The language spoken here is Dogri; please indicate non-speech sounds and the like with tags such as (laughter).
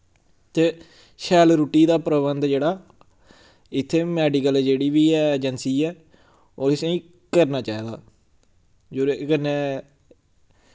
ते शैल रुट्टी दा प्रबंध जेह्ड़ा इत्थें मैडिकल जेह्ड़ी बी ऐ अजेंसी ऐ (unintelligible) करना चाहिदा जुदे कन्नै